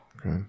okay